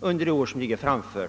under kommande år?